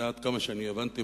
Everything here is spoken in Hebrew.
עד כמה שאני הבנתי,